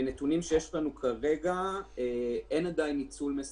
אני חושב שהעמותות שפועלות בכל הארץ בתחומים רבים מבטאות,